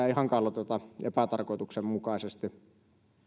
ei hankaloiteta epätarkoituksenmukaisesti